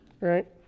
Right